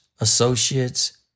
associates